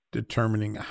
determining